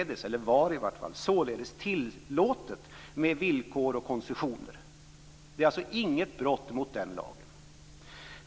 Det var således tillåtet med villkor och koncessioner. Det är alltså inget brott mot den lagen.